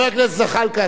חבר הכנסת זחאלקה,